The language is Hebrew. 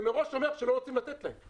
זה מראש אומר שלא רוצים לתת להם.